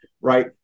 right